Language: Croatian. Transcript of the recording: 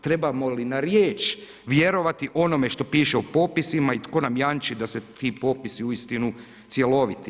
Trebamo li na riječ vjerovati onome što piše u popisima i tko nam jamči da su ti popisi uistinu cjeloviti.